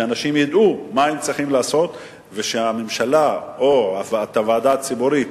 שאנשים ידעו מה הם צריכים לעשות והממשלה או הוועדה הציבורית